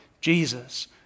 Jesus